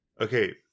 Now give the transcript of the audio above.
Okay